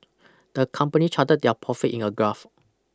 the company charted their profit in a graph